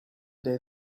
day